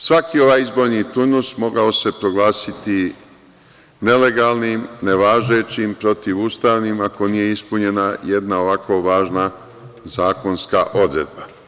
Svaki ovaj izborni turnus mogao se proglasiti nelegalnim, nevažećim, protivustavnim, ako nije ispunjena jedna ovako važna zakonska odredba.